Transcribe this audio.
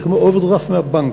זה כמו אוברדרפט מהבנק,